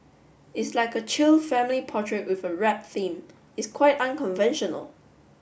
it's like a chill family portrait with a rap theme it's quite unconventional